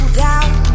doubt